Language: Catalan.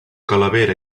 calavera